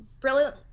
brilliant